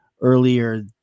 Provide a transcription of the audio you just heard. Earlier